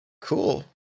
cool